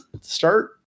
start